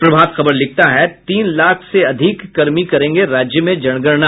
प्रभात खबर लिखता है तीन लाख अधिक कर्मी करेंगे राज्य में जनगणना